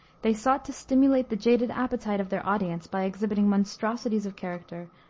they sought to stimulate the jaded appetite of their audience by exhibiting monstrosities of character,